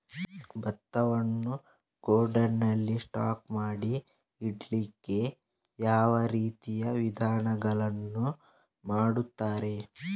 ಭತ್ತವನ್ನು ಗೋಡೌನ್ ನಲ್ಲಿ ಸ್ಟಾಕ್ ಮಾಡಿ ಇಡ್ಲಿಕ್ಕೆ ಯಾವ ರೀತಿಯ ವಿಧಾನಗಳನ್ನು ಮಾಡ್ತಾರೆ?